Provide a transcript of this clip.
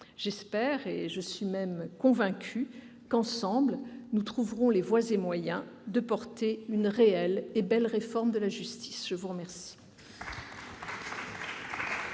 J'espère- je suis même convaincue -qu'ensemble nous trouverons les voies et moyens de promouvoir une réelle et belle réforme de la justice. La parole